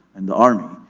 and the army,